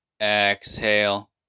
exhale